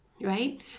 Right